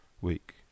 week